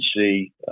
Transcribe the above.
see